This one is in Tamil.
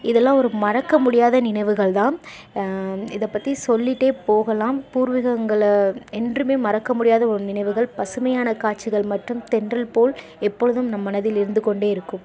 இதெல்லாம் ஒரு மறக்க முடியாத நினைவுகள் தான் இதை பற்றி சொல்லிகிட்டே போகலாம் பூர்வீகங்களை என்றுமே மறக்க முடியாத ஒரு நினைவுகள் பசுமையான காட்சிகள் மட்டும் தென்றல் போல் எப்பொழுதும் நம் மனதில் இருந்துக்கொண்டே இருக்கும்